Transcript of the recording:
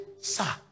Sir